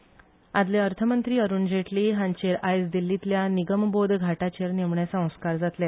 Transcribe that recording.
जेटली आदले अर्थमंत्री अरुण जेटली हांचेर आयज दिल्लीतल्या निगमबोध घाटाचेर निमणे संस्कार जातले